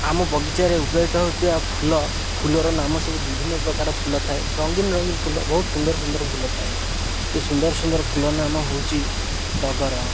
ଆମ ବଗିଚାରେ ଉତ୍ପାଦିତ ହେଉଥିବା ଫୁଲ ଫୁଲର ନାମ ସବୁ ବିଭିନ୍ନ ପ୍ରକାର ଫୁଲ ଥାଏ ରଙ୍ଗୀନ ରଙ୍ଗୀନ ଫୁଲ ବହୁତ ସୁନ୍ଦର ସୁନ୍ଦର ଫୁଲ ଥାଏ ସେ ସୁନ୍ଦର ସୁନ୍ଦର ଫୁଲ ନାମ ହେଉଛି ଟଗର